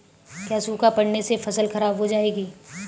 क्या सूखा पड़ने से फसल खराब हो जाएगी?